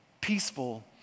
peaceful